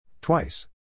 Twice